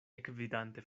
ekvidante